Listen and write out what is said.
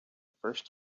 first